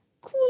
cool